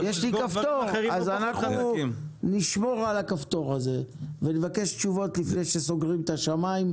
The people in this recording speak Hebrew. אנחנו נשמור על הכפתור הזה ונבקש תשובות לפני שסוגרים את השמיים,